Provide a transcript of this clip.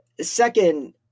Second